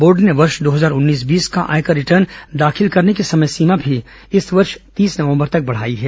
board ने वर्ष दो हजार उन्नीस बीस का आयकर रिटर्न दाखिल करने की समय सीमा भी इस वर्ष तीस नवंबर तक बढ़ाई है